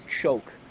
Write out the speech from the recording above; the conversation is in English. choke